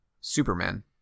superman